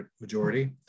majority